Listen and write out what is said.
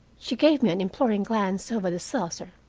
she gave me an imploring glance over the saucer.